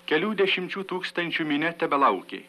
kelių dešimčių tūkstančių minia tebelaukė